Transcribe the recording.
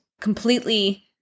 completely